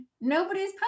nobody's